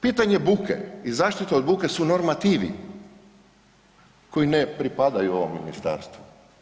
Pitanje buke i zaštite od buke su normativi koji ne pripadaju ovom ministarstvu.